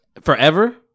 Forever